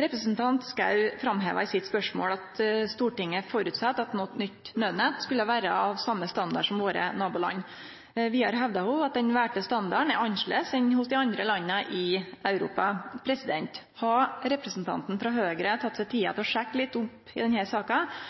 Representanten Schou framhevar i sitt spørsmål at Stortinget har føresett at nytt nødnett skulle vere av same standard som i våre naboland. Vidare hevdar ho at den valde standaren er annleis enn hos dei andre landa i Europa. Hadde representanten frå Høgre teke seg tid til å sjekke litt opp i denne saka, så hadde ho visst at TETRA-standaren som er vald, er den